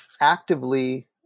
actively